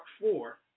four